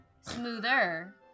smoother